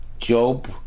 Job